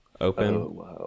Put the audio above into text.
open